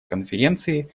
конференции